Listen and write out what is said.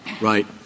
right